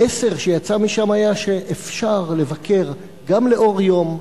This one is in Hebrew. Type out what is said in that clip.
המסר שיצא משם היה שאפשר לבקר גם לאור יום,